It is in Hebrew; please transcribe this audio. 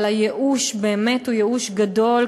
אבל הייאוש באמת הוא ייאוש גדול,